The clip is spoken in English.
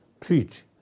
treat